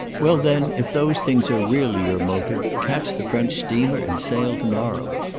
well then if those things are really your motive catch the french steamer and sail to-morrow.